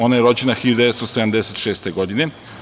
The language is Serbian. Ona je rođena 1976. godine.